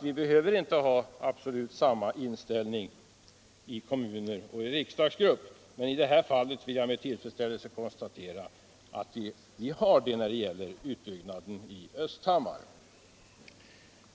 Vi behöver inte ha absolut samma inställning i kommunen som i riksdagsgruppen, men i det här fallet, när det gäller utbyggnaden i Östhammar, har